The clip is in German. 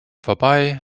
vorbei